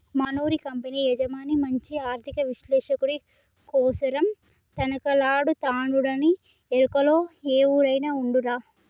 మనూరి కంపెనీ యజమాని మంచి ఆర్థిక విశ్లేషకుడి కోసరం తనకలాడతండాడునీ ఎరుకలో ఎవురైనా ఉండారా